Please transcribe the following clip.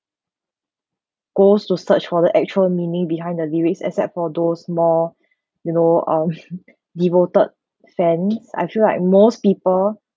goes to search for the actual meaning behind the lyrics except for those more you know um devoted fans I feel like most people